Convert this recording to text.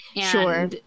Sure